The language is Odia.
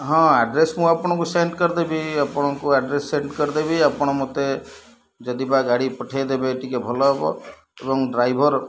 ହଁ ଆଡ଼୍ରେସ୍ ମୁଁ ଆପଣଙ୍କୁ ସେଣ୍ଡ କରିଦେବି ଆପଣଙ୍କୁ ଆଡ଼୍ରେସ୍ ସେଣ୍ଡ କରିଦେବି ଆପଣ ମୋତେ ଯଦିବା ଗାଡ଼ି ପଠେଇଦେବେ ଟିକେ ଭଲ ହବ ଏବଂ ଡ୍ରାଇଭର